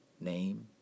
Name